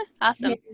awesome